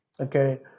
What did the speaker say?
Okay